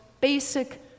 basic